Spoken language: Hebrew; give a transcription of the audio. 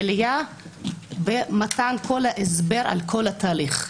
עלייה ומתן כל ההסבר על כל התהליך.